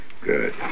Good